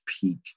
peak